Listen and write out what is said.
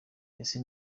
ese